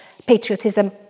patriotism